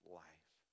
life